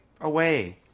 away